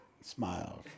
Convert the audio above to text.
smiled